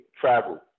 travel